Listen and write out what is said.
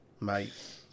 Mate